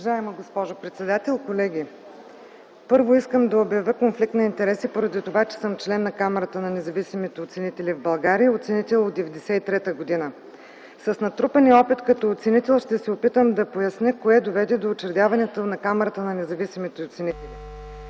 Уважаема госпожо председател, колеги! Първо, искам да обявя конфликт на интереси поради това, че съм член на Камарата на независимите оценители в България и оценител от 1993 г. С натрупания опит като оценител ще се опитам да поясня кое доведе до учредяването на Камарата на независимите оценители.